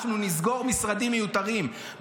אנחנו נסגור משרדים מיותרים.